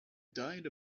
diet